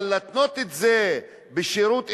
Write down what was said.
אבל להתנות את זה בשירות אזרחי,